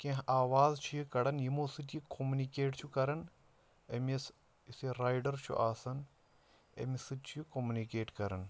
کینٛہہ آواز چھِ یہِ کَڑان یِمو سۭتۍ یہِ کوٚمنِکیٹ چھُ کران أمِس یُس یہِ رایڈر چھُ آسان أمِس سۭتۍ چھُ یہِ کوٚمنِکیٹ کران